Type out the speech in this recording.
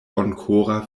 bonkora